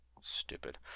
Stupid